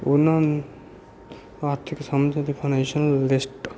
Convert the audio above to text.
ਉਹਨਾਂ ਨੂੰ ਆਰਥਿਕ ਸਮਝ ਅਤੇ ਫਾਈਨੈਂਸ਼ੀਅਲ ਲਿਸਟ